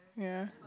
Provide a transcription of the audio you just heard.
ya